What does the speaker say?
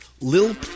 Lil